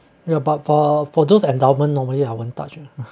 ya but for for those endowment normally I won't touch